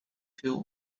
veel